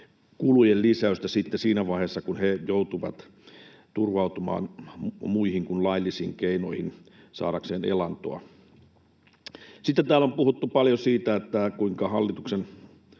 kulujen lisäystä siinä vaiheessa, kun he joutuvat turvautumaan muihin kuin laillisiin keinoihin saadakseen elantoa. Sitten täällä on puhuttu paljon siitä, kuinka hallitus